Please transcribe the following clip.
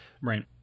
right